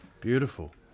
Beautiful